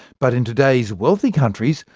but in today's wealthy countries,